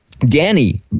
Danny